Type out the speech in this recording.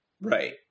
Right